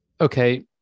okay